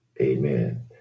Amen